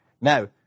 Now